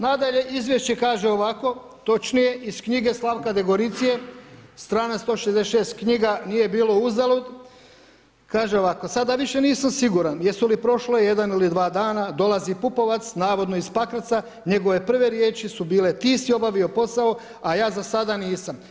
Nadalje, izvješće kaže ovako, točnije, iz knjige Slavka Degoricije, strana 166 knjiga „Nije bilo uzalud“, kaže ovako: Sada više nisam siguran jesu li prošla jedan ili dva dana, dolazi Pupovac, navodno iz Pakraca, njegove prve riječi su bile ti si obavio posao a ja za sada nisam.